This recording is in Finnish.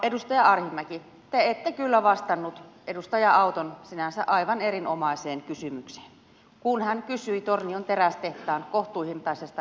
edustaja arhinmäki te ette kyllä vastannut edustaja auton sinänsä aivan erinomaiseen kysymykseen kun hän kysyi tornion terästehtaan kohtuuhintaisesta energian turvaamisesta